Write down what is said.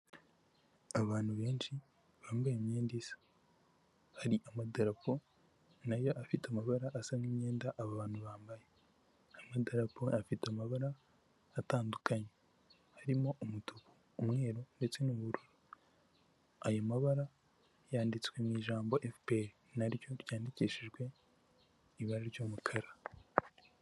Abantu benshi bambaye imyenda isa, hari amadarapo nayo afite amabara asa n'imyenda aba bantu bambaye, amadarapo afite amabara atandukanye harimo umutuku, umweru ndetse n'ubururu, ayo mabara yanditswe mu ijambo FPR naryo ryandikishijwe ibara ry'umukara.